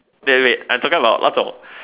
wait wait I talking about lot about